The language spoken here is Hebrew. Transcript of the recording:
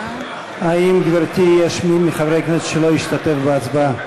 האם יש מי מחברי הכנסת שלא השתתף בהצבעה?